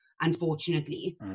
unfortunately